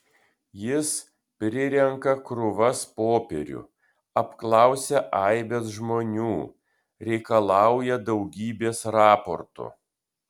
jis prirenka krūvas popierių apklausia aibes žmonių reikalauja daugybės raportų